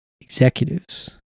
executives